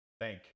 thank